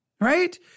right